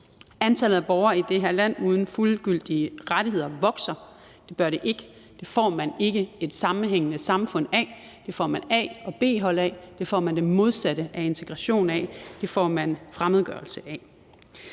Antallet af borgere i dette land uden fuldgyldige rettigheder vokser, det bør det ikke, for det får man ikke et sammenhængende samfund af, det får man A- og B-hold af, det får man det modsatte af integration af, det får man fremmedgørelse af.